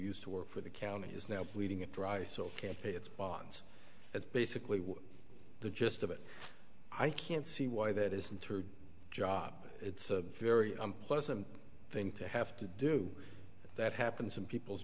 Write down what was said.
used to work for the county is now bleeding and dry still can't pay its bonds that's basically what the gist of it i can't see why that isn't her job it's a very unpleasant thing to have to do that happens in people's